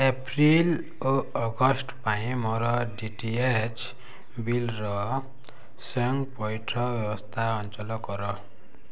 April ଓ August ପାଇଁ ମୋର ଡି ଟି ଏଚ୍ ବିଲ୍ର ସ୍ଵୟଂ ପଇଠ ବ୍ୟବସ୍ଥା ଅଞ୍ଚଳ କର